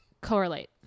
correlate